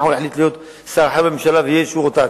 ומחר הוא יחליט להיות שר אחר בממשלה ותהיה רוטציה.